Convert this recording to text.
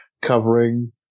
covering